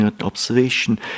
observation